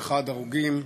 41 הרוגים,